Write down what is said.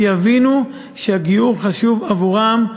יבינו שהגיור חשוב עבורם,